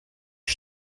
que